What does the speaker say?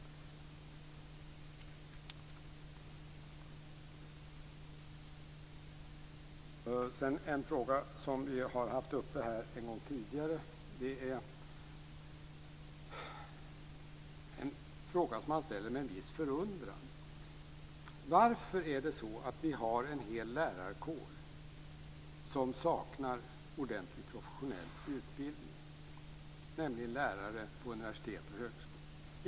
Sedan gäller det en fråga som vi har haft uppe här en gång tidigare. Det är en fråga som man ställer med en viss förundran. Varför har vi en hel lärarkår som saknar en ordentlig professionell utbildning, nämligen lärare på universitet och högskolor?